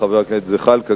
חבר הכנסת זחאלקה,